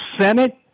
Senate